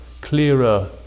clearer